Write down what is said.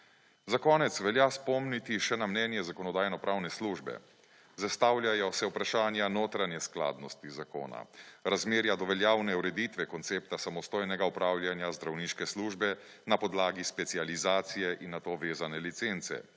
Za konec velja spomniti še na mnenje Zakonodajno-pravne službe. Zastavljajo se vprašanje notranje skladnosti zakona, razmerja do veljavne ureditve koncepta samostojnega upravljanja zdravniške službe na podlagi specializacije in na to vezane licence.